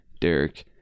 Derek